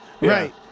Right